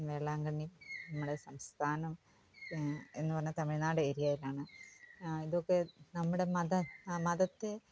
വേളാങ്കണ്ണി നമ്മുടെ സംസ്ഥാനം എന്ന് പറഞ്ഞാൽ തമിഴ്നാട് ഏരിയയിലാണ് ഇതൊക്കെ നമ്മുടെ മത മതത്തെ